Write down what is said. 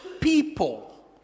people